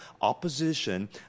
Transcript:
opposition